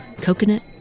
coconut